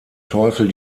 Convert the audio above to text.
teufel